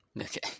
Okay